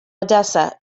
odessa